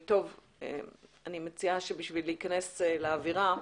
בשביל להיכנס לאווירה,